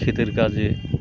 ক্ষেতের কাজে